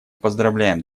поздравляем